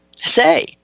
Say